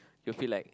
you'll feel like